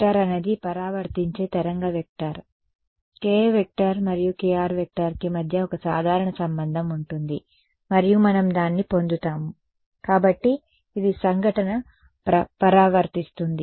k అనేది పరావర్తించే తరంగ వెక్టార్ ki మరియు kr కి మధ్య ఒక సాధారణ సంబంధం ఉంటుంది మరియు మనం దాన్ని పొందుతాము కాబట్టి ఇది సంఘటన పరావర్తిస్తుంది